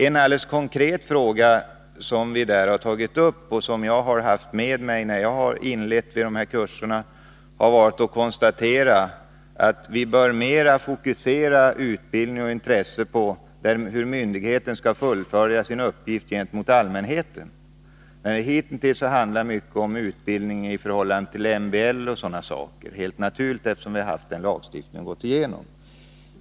En alldeles konkret fråga, som vi där har tagit upp och som jag har haft med mig när jag har inlett vid de här kurserna, har varit att vi bör mera fokusera utbildning och intresse på hur myndigheten skall fullfölja sin uppgift gentemot allmänheten. Hitintills har mycket handlat om utbildning i förhållande till MBL och sådana saker, helt naturligt eftersom vi har haft en lagstiftning att gå igenom.